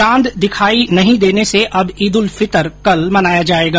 चांद दिखाई नहीं देने से अब ईद उल फितर कल मनाया जायेग